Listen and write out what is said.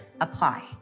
apply